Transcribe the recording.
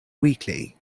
weakly